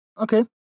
Okay